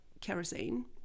kerosene